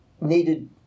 needed